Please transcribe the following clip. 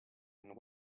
and